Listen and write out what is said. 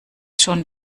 schon